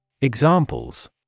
Examples